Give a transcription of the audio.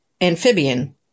amphibian